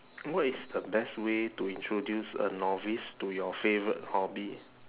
what is the best way to introduce a novice to your favourite hobby